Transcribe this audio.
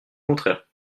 contraire